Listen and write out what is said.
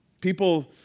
People